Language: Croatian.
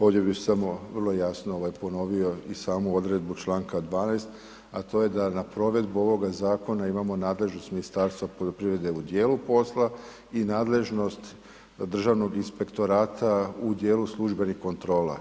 Ovdje bih vrlo jasno ponovio i samu odredbu članka 12., a to je da provedbu ovoga zakona imamo nadležnost Ministarstva poljoprivrede u dijelu posla i nadležnost Državnog inspektorata u dijelu službenih kontrola.